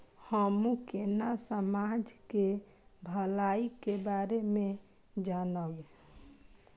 हमू केना समाज के भलाई के बारे में जानब?